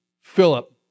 Philip